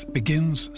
begins